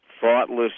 thoughtless